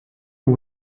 ont